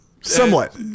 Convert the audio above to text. somewhat